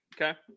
Okay